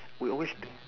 we always